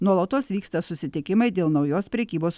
nuolatos vyksta susitikimai dėl naujos prekybos